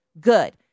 good